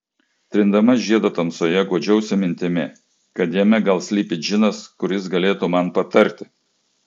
trindama žiedą tamsoje guodžiausi mintimi kad jame gal slypi džinas kuris galėtų man patarti